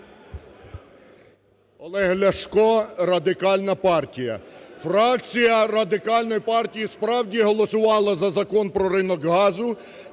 Олег Ляшко, Радикальна партія. Фракція Радикальної партії справді голосувала за Закон про ринок газу,